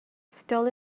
stall